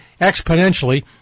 exponentially